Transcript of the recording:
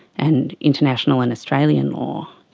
and international and australian law.